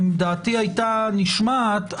לו דעתי היתה נשמעת,